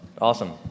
Awesome